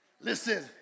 listen